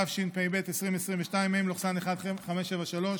התשפ"ב 2022, מ/1573.